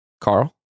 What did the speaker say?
Carl